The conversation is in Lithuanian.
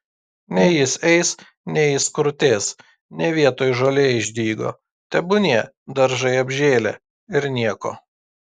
nei jis eis nei jis krutės ne vietoj žolė išdygo tebūnie daržai apžėlę ir nieko